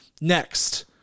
Next